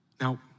Now